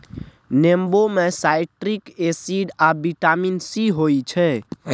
नेबो मे citric acid आ बिटामिन सी होइ छै